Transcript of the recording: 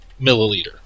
milliliter